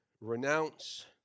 renounce